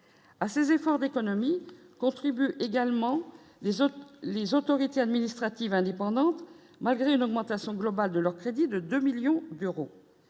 à ses efforts d'économie contribue également les autres, les autorités administratives indépendantes, malgré l'augmentation globale de leur crédit de 2 millions d'euros,